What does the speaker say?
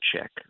check